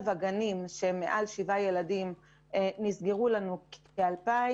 הגנים שמעל שבעה ילדים נסגרו לנו כ-2,000.